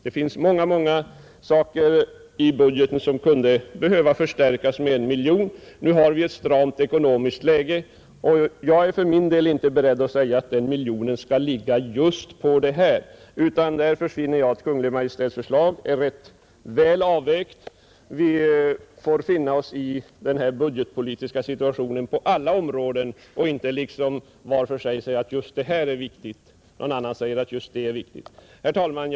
Det finns många andra poster i budgeten som skulle behöva förstärkas med 1 miljon. Nu har vi ett stramt ekonomiskt läge, och jag är för min del inte beredd att säga att den miljonen skall satsas just här. Därför finner jag att Kungl. Maj:ts förslag är rätt väl avvägt. Vi får finna oss i den budgetpolitiska situationen på alla områden och inte var för sig säga att just det här är viktigt. Någon annan säger att just vad han förordar är viktigt. Herr talman!